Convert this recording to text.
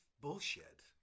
bullshit